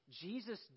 Jesus